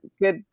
good